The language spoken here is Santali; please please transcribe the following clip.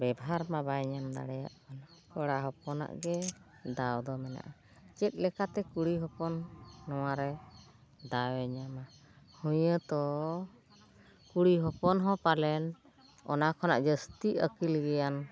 ᱵᱮᱵᱷᱟᱨ ᱢᱟ ᱵᱟᱭ ᱧᱟᱢ ᱫᱟᱲᱮᱭᱟᱜ ᱠᱟᱱᱟ ᱠᱚᱲᱟ ᱦᱚᱯᱚᱱᱟᱜ ᱜᱮ ᱫᱟᱣ ᱫᱚ ᱢᱮᱱᱟᱜᱼᱟ ᱪᱮᱫ ᱞᱮᱠᱟᱛᱮ ᱠᱩᱲᱤ ᱦᱚᱯᱚᱱ ᱱᱚᱶᱟᱨᱮ ᱫᱟᱣᱮ ᱧᱟᱢᱟ ᱦᱩᱭᱩᱜ ᱠᱩᱲᱤ ᱦᱚᱯᱚᱱ ᱦᱚᱸ ᱯᱟᱞᱮᱱ ᱚᱱᱟ ᱠᱷᱚᱱᱟᱜ ᱡᱟᱹᱥᱛᱤ ᱟᱹᱠᱤᱞ ᱜᱮᱭᱟᱱ